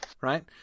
right